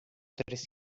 tres